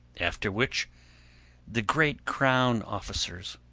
after which the great crown officers,